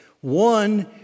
One